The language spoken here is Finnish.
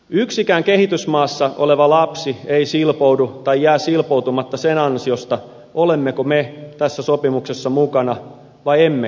yksikään kehitysmaassa oleva lapsi ei silpoudu tai jää silpoutumatta sen ansiosta olemmeko me tässä sopimuksessa mukana vai emmekö ole